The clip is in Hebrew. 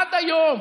עד היום,